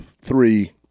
three